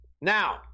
Now